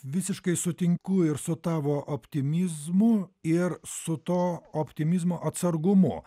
visiškai sutinku ir su tavo optimizmu ir su to optimizmo atsargumu